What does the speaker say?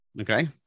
Okay